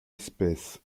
espèce